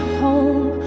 home